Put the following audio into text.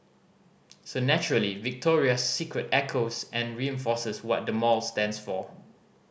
so naturally Victoria's Secret echoes and reinforces what the mall stands for